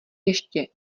ještě